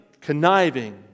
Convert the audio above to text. conniving